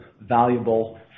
valuable